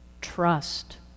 trust